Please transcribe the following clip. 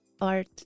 art